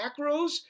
macros